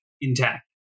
intact